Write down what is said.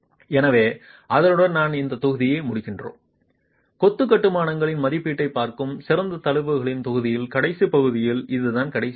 எனவே அதனுடன் நாம் இந்த தொகுதியை முடிக்கிறோம் கொத்து கட்டுமானங்களின் மதிப்பீட்டைப் பார்க்கும் சிறப்பு தலைப்புகளில் தொகுதியின் கடைசி பகுதியில் அதுதான் கடைசி தொகுதி